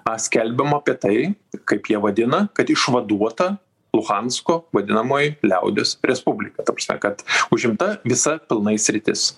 paskelbiama apie tai kaip jie vadina kad išvaduota luhansko vadinamoji liaudies respublika ta prasme kad užimta visa pilnai sritis